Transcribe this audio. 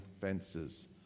fences